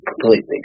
completely